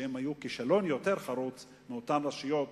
שהן היו כישלון יותר חרוץ מאותן רשויות